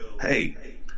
Hey